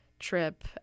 trip